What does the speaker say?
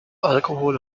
alkohol